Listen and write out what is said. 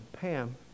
Pam